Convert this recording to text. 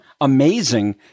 amazing